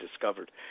discovered